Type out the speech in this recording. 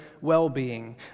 well-being